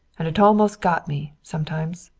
and it almost got me, some times.